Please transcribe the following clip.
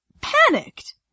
panicked